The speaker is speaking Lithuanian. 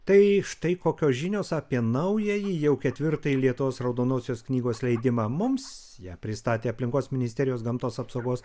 tai štai kokios žinios apie naująjį jau ketvirtąjį lietuvos raudonosios knygos leidimą mums ją pristatė aplinkos ministerijos gamtos apsaugos